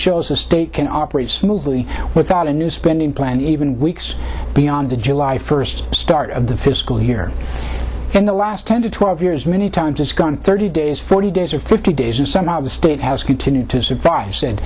shows the state can operate smoothly without a new spending plan even weeks beyond the july first start of the fiscal year in the last ten to twelve years many times it's gone thirty days forty days or fifty days and some of the state has continued to survive said